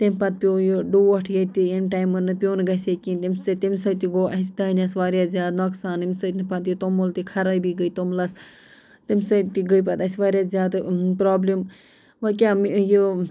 تَمہِ پَتہٕ پیٚوو یہِ ڈونٛٹھ ییٚتہِ ییٚمہِ ٹایمہٕ نہٕ پٮ۪وان گَژھہے کیٚنٛہہ تَمہِ سۭتۍ تمہِ سۭتۍ تہِ گوٚو اَسہِ دانٮ۪س واریاہ زیادٕ نۄقصان ییٚمہِ سۭتۍ نہٕ پَتہٕ یہِ توٚمُل تہِ خرٲبی گٔے توٚملَس تَمہِ سۭتۍ تہِ گٔے پَتہٕ اَسہِ واریاہ زیادٕ پرٛابلِم وۄنۍ کیٛاہ یہِ